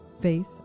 Faith